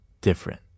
different